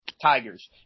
tigers